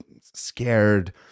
scared